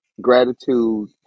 gratitude